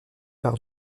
par